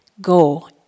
go